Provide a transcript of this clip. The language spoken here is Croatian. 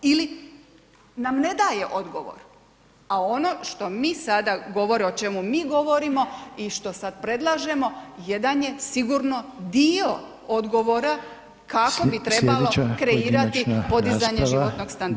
Ili nam ne daje odgovor, a ono što mi sada govorimo, o čemu mi govorimo i što sad predlažemo, jedan je sigurno dio odgovora kako bi trebalo kreirati podizanje životnog standarda.